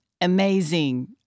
amazing